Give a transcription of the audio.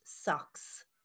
socks